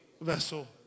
vessel